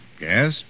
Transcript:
Yes